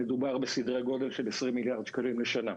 מדובר בסדרי גודל של 20 מיליארד שקלים לשנה.